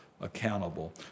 accountable